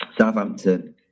Southampton